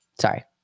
Sorry